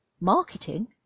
marketing